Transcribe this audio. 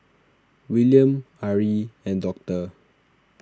Willaim Ari and Doctor